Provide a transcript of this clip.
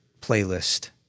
playlist